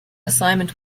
assignment